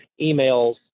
emails